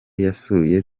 yanasuye